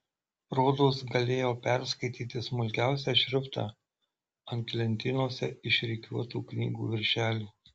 rodos galėjau perskaityti smulkiausią šriftą ant lentynose išrikiuotų knygų viršelių